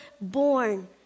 born